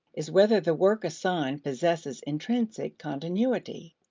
is whether the work assigned possesses intrinsic continuity.